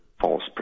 false